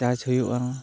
charge ᱦᱩᱭᱩᱜᱼᱟ